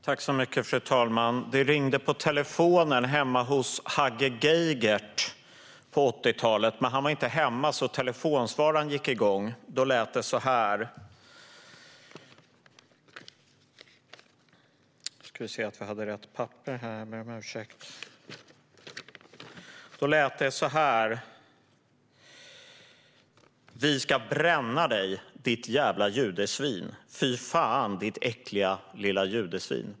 Fru talman! Telefonen ringde hemma hos Hagge Geigert någon gång på 80-talet, men han var inte hemma så telefonsvararen gick igång. Då lät det så här: "Vi ska bränna dig, ditt jävla judesvin. Fy fan, ditt äckliga lilla judesvin."